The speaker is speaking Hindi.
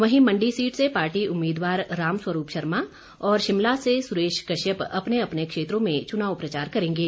वहीं मंडी सीट से पार्टी उम्मीदवार रामस्वरूप शर्मा और शिमला से सुरेश कश्यप अपने अपने क्षेत्रों में चुनाव प्रचार करेंगे